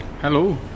Hello